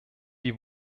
die